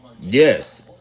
Yes